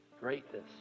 greatness